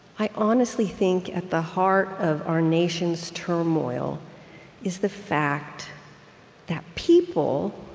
i honestly think, at the heart of our nation's turmoil is the fact that people